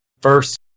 first